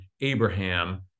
Abraham